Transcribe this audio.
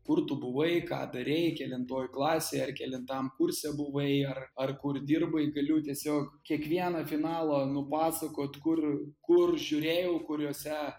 kur tu buvai ką darei kelintoj klasėj ar kelintam kurse buvai ar ar kur dirbai galiu tiesiog kiekvieną finalą nupasakot kur kur žiūrėjau kuriuose